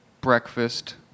breakfast